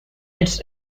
its